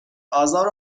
آزار